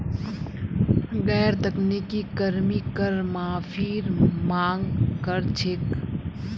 गैर तकनीकी कर्मी कर माफीर मांग कर छेक